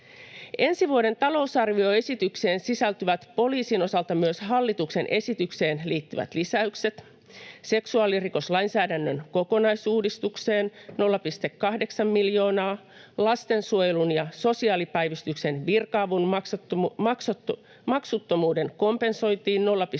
Ensi vuoden talousarvioesitykseen sisältyvät poliisin osalta myös hallituksen esitykseen liittyvät lisäykset seksuaalirikoslainsäädännön kokonaisuudistukseen 0,8 miljoonaa, lastensuojelun ja sosiaalipäivystyksen virka-avun maksuttomuuden kompensoitiin 0,3 miljoonaa,